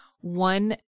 one